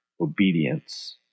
obedience